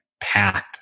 path